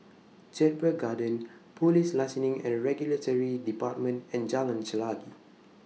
Jedburgh Gardens Police Licensing and Regulatory department and Jalan Chelagi